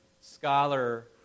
scholar